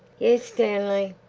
yes, stanley.